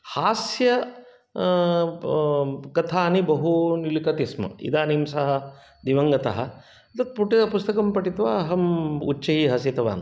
हास्य कथानि बहून् लिखति स्म इदानीं सः दिवङ्गतः द् पुट पुस्तकं पठित्वा अहं उच्चैः हसितवान्